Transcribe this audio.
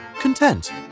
content